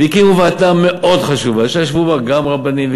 והקימו ועדה מאוד חשובה, שישבו בה גם רבנים,